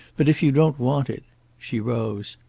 but if you don't want it she rose.